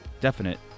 definite